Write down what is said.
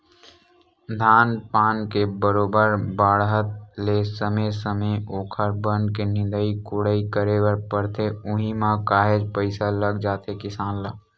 धान पान के बरोबर बाड़हत ले समे समे ओखर बन के निंदई कोड़ई करे बर परथे उहीं म काहेच पइसा लग जाथे किसान ल